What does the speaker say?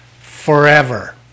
forever